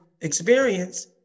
experience